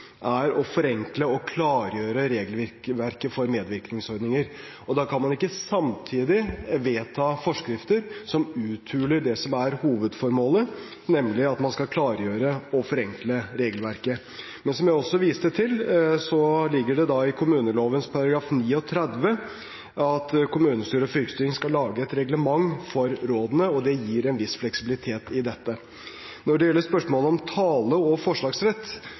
medvirkningsordninger. Da kan man ikke samtidig vedta forskrifter som uthuler det som er hovedformålet, nemlig at man skal klargjøre og forenkle regelverket. Men som jeg også viste til, ligger det i kommuneloven § 39 at kommunestyre og fylkesting skal lage et reglement for rådene, og det gir en viss fleksibilitet i dette. Når det gjelder spørsmålet om tale- og forslagsrett,